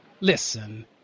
Listen